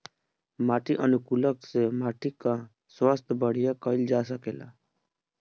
माटी अनुकूलक से माटी कअ स्वास्थ्य बढ़िया कइल जा सकेला